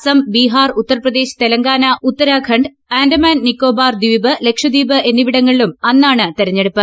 അസം ബീഹാർ ഉത്തർപ്രദേശ് തെലങ്കാന ഉത്തരാഖണ്ഡ് ആൻഡമാൻ നിക്കോബാർ ദ്വീപ് ലക്ഷദ്വീപ് എന്നിവിടങ്ങളിലും അന്നാണ് തെരഞ്ഞെടുപ്പ്